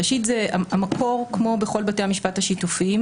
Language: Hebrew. ראשית, המקור הוא כמו בכל בתי המשפט השיתופיים.